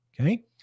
Okay